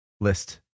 list